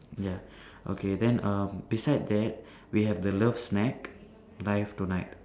ya okay then err beside that we have the love snack live tonight